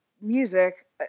music